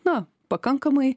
na pakankamai